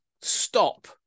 stop